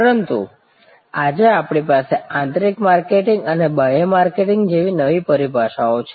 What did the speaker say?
પરિણામે આજે આપણી પાસે આંતરિક માર્કેટિંગ અને બાહ્ય માર્કેટિંગ જેવી નવી પરિભાષાઓ છે